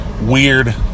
weird